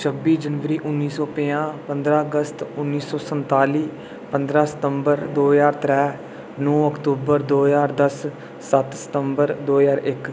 छब्बी जनवरी उन्नी सौ पंञाह पंदरां अगस्त उन्नी सौ संताली पंदरां सितम्वर दौ ज्हार त्रै नौ अक्तूबर दौ ज्हार दस्स सत्त सितम्बर दो ज्हार इक्क